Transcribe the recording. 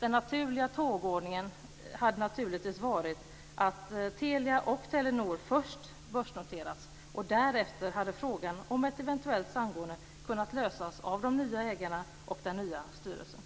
Den naturliga tågordningen hade varit att Telia och Telenor först börsnoterats, därefter hade frågan om ett eventuellt samgående kunnat lösas av de nya ägarna och den nya styrelsen.